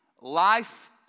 life